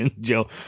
Joe